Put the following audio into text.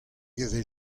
evel